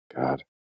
God